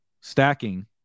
stacking